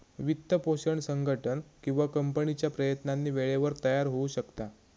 वित्तपोषण संघटन किंवा कंपनीच्या प्रयत्नांनी वेळेवर तयार होऊ शकता